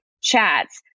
chats